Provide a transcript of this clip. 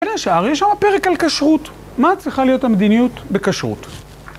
בין השאר, יש שם פרק על כשרות, מה צריכה להיות המדיניות בכשרות.